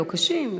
לא קשים,